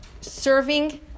serving